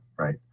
right